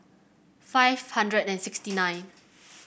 five hundred and sixty nine